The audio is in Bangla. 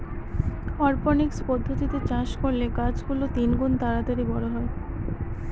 অরপনিক্স পদ্ধতিতে চাষ করলে গাছ গুলো তিনগুন তাড়াতাড়ি বড়ো হয়